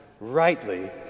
rightly